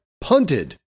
punted